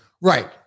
Right